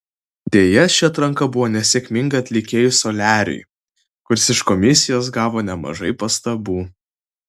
deja ši atranka buvo nesėkminga atlikėjui soliariui kuris iš komisijos gavo nemažai pastabų